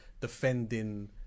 defending